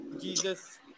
Jesus